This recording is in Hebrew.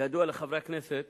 כידוע לחברי הכנסת,